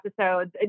episodes